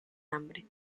hambre